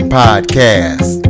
podcast